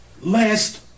last